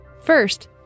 First